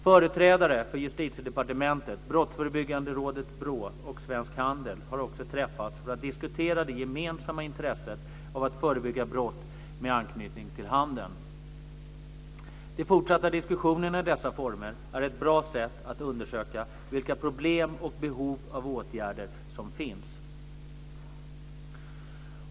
Företrädare för Justitiedepartementet, Brottsförebyggande rådet, BRÅ, och Svensk Handel har också träffats för att diskutera det gemensamma intresset av att förebygga brott med anknytning till handeln. De fortsatta diskussionerna i dessa former är ett bra sätt att undersöka vilka problem och behov av åtgärder som finns.